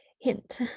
Hint